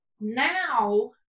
Now